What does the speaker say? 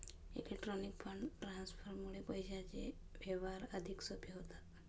electronic fund ट्रान्सफरमुळे पैशांचे व्यवहार अधिक सोपे होतात